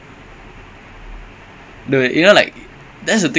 I mean ya lah he a bit behind lah confirm the end already